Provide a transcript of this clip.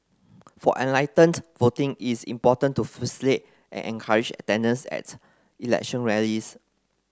for enlightened voting is important to facilitate and encourage attendance at election rallies